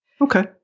Okay